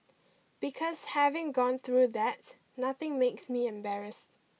because having gone through that nothing makes me embarrassed